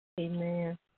Amen